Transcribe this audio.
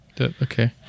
Okay